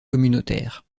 communautaire